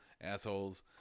assholes